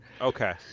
Okay